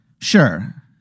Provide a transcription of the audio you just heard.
Sure